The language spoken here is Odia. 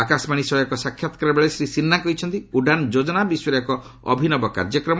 ଆକାଶବାଣୀ ସହ ଏକ ସାକ୍ଷାତକାରବେଳେ ଶୀ ସିହ୍ରା କହିଛନ୍ତି ଉଡାନ୍ ଯୋଜନା ବିଶ୍ୱର ଏକ ଅଭିନବ କାର୍ଯ୍ୟକ୍ରମ